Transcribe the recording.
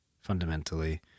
fundamentally